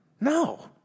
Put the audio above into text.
no